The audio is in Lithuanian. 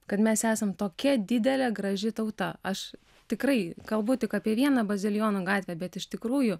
kad mes esam tokia didelė graži tauta aš tikrai kalbu tik apie vieną bazilijonų gatvę bet iš tikrųjų